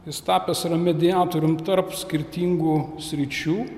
jis tapęs mediatorium tarp skirtingų sričių